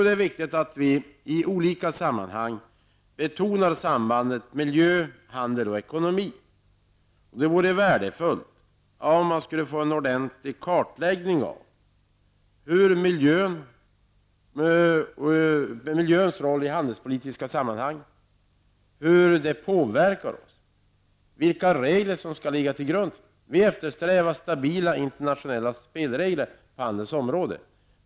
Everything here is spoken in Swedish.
Det är viktigt att vi i olika sammanhang betonar sambandet mellan miljö, handel och ekonomi. Det vore värdefullt om vi fick en ordentlig kartläggning över miljöns roll i handelspolitiska sammanhang, hur detta påverkar oss och vilka grundläggande regler som skall finnas. Vi eftersträvar stabila internationella spelregler på handelns område.